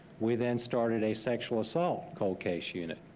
we then started a sexual assault cold case unit.